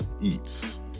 eats